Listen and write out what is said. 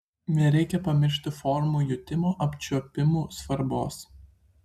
nereikia pamiršti formų jutimo apčiuopimu svarbos